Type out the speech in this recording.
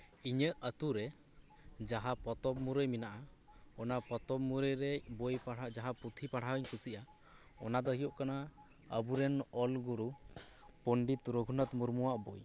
ᱤᱧᱟᱹᱜ ᱟᱛᱩᱨᱮ ᱡᱟᱦᱟᱸ ᱯᱚᱛᱚᱵ ᱢᱩᱨᱟᱹᱭ ᱢᱮᱱᱟᱜ ᱟ ᱚᱱᱟ ᱯᱚᱛᱚᱵ ᱢᱩᱨᱟᱹᱭ ᱨᱮ ᱵᱚᱭ ᱯᱟᱲᱦᱟᱜ ᱡᱟᱦᱟᱸ ᱯᱩᱛᱷᱤ ᱯᱟᱲᱦᱟᱣ ᱤᱧ ᱠᱩᱥᱤᱭᱟᱜ ᱟ ᱚᱱᱟᱫᱚ ᱦᱩᱭᱩᱜ ᱠᱟᱱᱟ ᱟᱵᱩᱨᱮᱱ ᱚᱞ ᱜᱩᱨᱩ ᱯᱚᱱᱰᱤᱛ ᱨᱚᱜᱷᱩᱱᱟᱛᱷ ᱢᱩᱨᱢᱩᱣᱟᱜ ᱵᱚᱭ